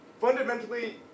fundamentally